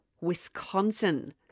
Wisconsin